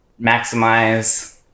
maximize-